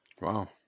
Wow